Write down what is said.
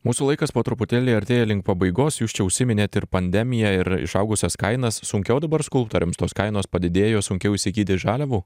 mūsų laikas po truputėlį artėja link pabaigos jūs čia užsiminėt ir pandemiją ir išaugusias kainas sunkiau dabar skulptoriams tos kainos padidėjo sunkiau įsigyti žaliavų